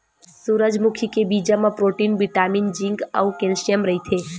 सूरजमुखी के बीजा म प्रोटीन, बिटामिन, जिंक अउ केल्सियम रहिथे